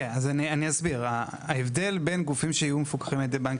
אני אסביר: ההבדל בין גופים שיהיו מפוקחים על ידי בנק